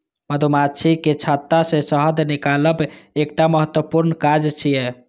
मधुमाछीक छत्ता सं शहद निकालब एकटा महत्वपूर्ण काज छियै